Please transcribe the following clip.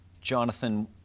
jonathan